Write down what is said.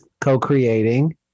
co-creating